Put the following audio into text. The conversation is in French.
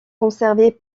conservés